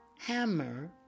Hammer